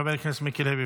חבר הכנסת מיקי לוי,